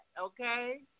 Okay